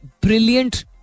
brilliant